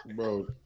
Bro